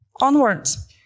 onwards